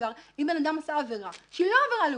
דבר אם בן אדם עשה עבירה שהיא לא עבירה לאומנית,